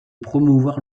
promouvoir